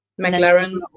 McLaren